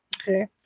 Okay